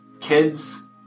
kids